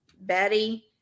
betty